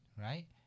right